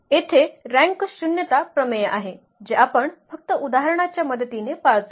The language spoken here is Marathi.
येथे रँक शून्यता प्रमेय आहे जे आपण फक्त उदाहरणाच्या मदतीने पाळतो